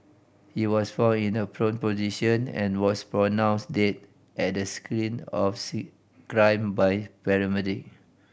he was found in a prone position and was pronounced dead at the screen of see crime by paramedic